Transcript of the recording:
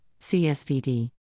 CSVD